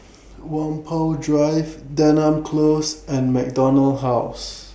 Whampoa Drive Denham Close and MacDonald House